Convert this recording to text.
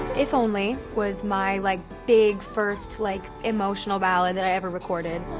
if only was my like, big first, like emotional ballad that i ever recorded.